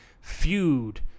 feud